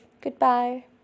goodbye